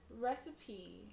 recipe